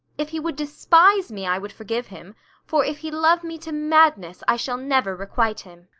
if he would despise me, i would forgive him for if he love me to madness, i shall never requite him.